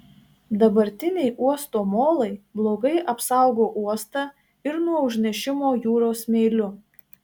dabartiniai uosto molai blogai apsaugo uostą ir nuo užnešimo jūros smėliu